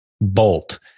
bolt